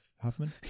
Huffman